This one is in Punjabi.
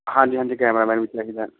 ਹਾਂਜੀ ਹਾਂਜੀ ਕੈਮਰਾਮੈਨ ਵੀ ਚਾਹੀਦਾ